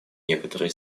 некоторые